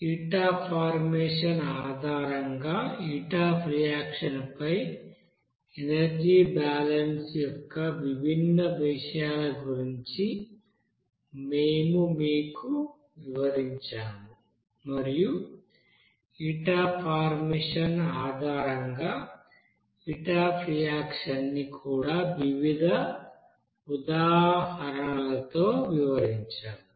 heat of formation ఆధారంగా heat of reaction పై energy balance యొక్క విభిన్న విషయాల గురించి మేము మీకు వివరించాము మరియు హీట్ అఫ్ ఫార్మేషన్ ఆధారంగా హీట్ అఫ్ రియాక్షన్ ని కూడా వివిధ ఉదాహరణలతో వివరించాము